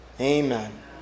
Amen